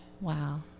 Wow